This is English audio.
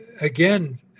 again